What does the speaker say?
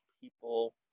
people